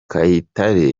kayitare